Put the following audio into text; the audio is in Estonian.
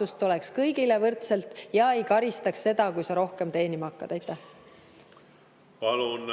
oleks kõigile võrdselt ja ei karistaks, kui sa rohkem teenima hakkad. Palun